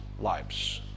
lives